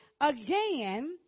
again